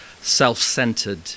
self-centered